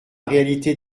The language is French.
réalité